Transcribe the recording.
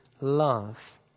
love